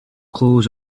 clothes